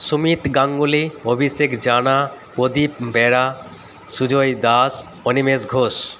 Sumit Ganguly Abhishek Jana Pradip Bera Sujoy Das Animesh Ghosh